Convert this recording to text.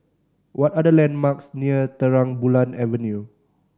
what are the landmarks near Terang Bulan Avenue